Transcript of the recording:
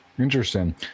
Interesting